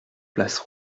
place